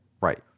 right